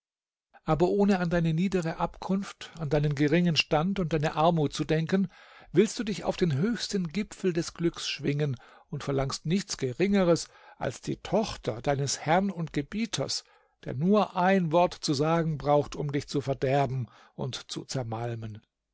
aber ohne an deine niedere abkunft an deinen geringen stand und deine armut zu denken willst du dich auf den höchsten gipfel des glücks schwingen und verlangst nichts geringeres als die tochter deines herrn und gebieters der nur ein wort zu sagen braucht um dich zu verderben und zu zermalmen